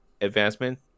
advancement